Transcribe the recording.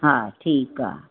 हा ठीकु आहे